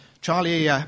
Charlie